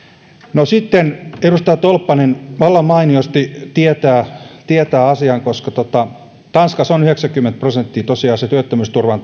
no sitten edustaja tolppanen vallan mainiosti tietää tietää asian tanskassa on yhdeksänkymmentä prosenttia tosiaan se työttömyysturvan